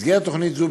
במסגרת תוכנית זו,